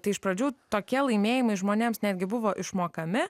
tai iš pradžių tokie laimėjimai žmonėms netgi buvo išmokami